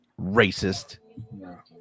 Racist